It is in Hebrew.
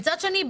מצד שני,